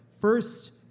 first